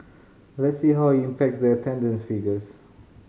let's see how impacts the attendance figures